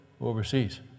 overseas